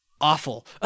awful